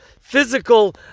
physical